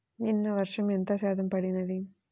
నిన్న వర్షము ఎంత శాతము పడినది?